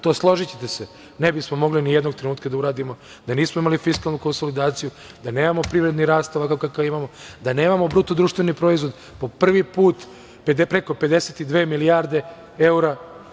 To, složićete se, ne bi smo mogli ni jednog trenutka da uradimo da nismo imali fiskalnu konsolidaciju, da nemamo privredni rast ovakav kakav imamo, da nemamo BDP po prvi put preko 52 milijarde evra.